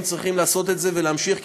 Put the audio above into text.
הם צריכים לעשות את זה ולהמשיך.